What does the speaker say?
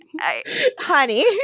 Honey